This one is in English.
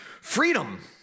freedom